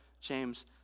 James